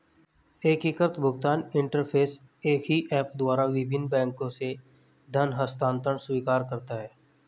एकीकृत भुगतान इंटरफ़ेस एक ही ऐप द्वारा विभिन्न बैंकों से धन हस्तांतरण स्वीकार करता है